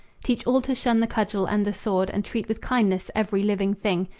teach all to shun the cudgel and the sword, and treat with kindness every living thing.